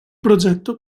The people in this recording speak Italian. progetto